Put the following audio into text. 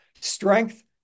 strength